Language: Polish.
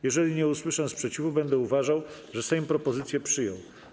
Jeżeli nie usłyszę sprzeciwu, będę uważał, że Sejm propozycję przyjął.